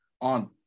on